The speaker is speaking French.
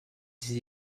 ses